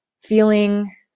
feeling